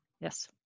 Yes